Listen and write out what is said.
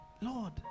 Lord